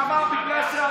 למה?